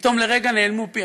פתאום לרגע נאלם פיה.